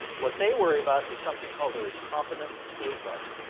what they worry about is something called a recombinant flu bug.